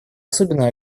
особенно